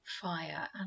fire